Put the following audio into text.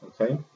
okay